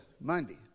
Monday